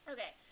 Okay